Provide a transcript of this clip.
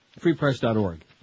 FreePress.org